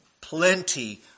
plenty